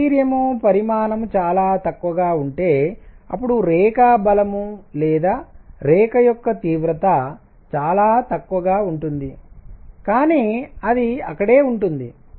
deuterium పరిమాణం చాలా తక్కువగా ఉంటే అప్పుడు రేఖా బలం లేదా రేఖ యొక్క తీవ్రత చాలా తక్కువగా ఉంటుంది కానీ అది అక్కడే ఉంటుంది